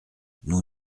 nous